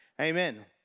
Amen